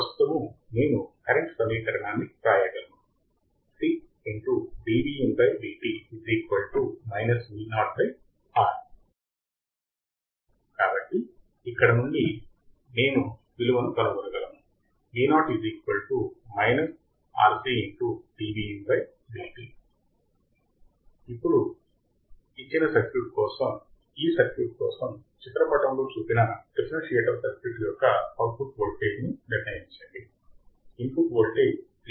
ప్రస్తుతము నేను కరెంట్ సమీకరణాన్నివ్రాయగలను కాబట్టి ఇక్కడ నుండి నేనువిలువను కనుగొనగలను ఇప్పుడు ఇచ్చిన సర్క్యూట్ కోసం ఈ సర్క్యూట్ కోసం చిత్ర పటములో చూపిన డిఫరెన్షియేటర్ సర్క్యూట్ యొక్క అవుట్పుట్ వోల్టేజ్ను నిర్ణయించండి ఇన్పుట్ వోల్టేజ్ 3